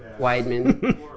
Weidman